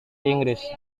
inggris